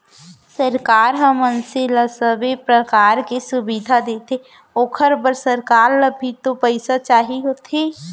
सरकार ह मनसे ल सबे परकार के सुबिधा देथे ओखर बर सरकार ल भी तो पइसा चाही होथे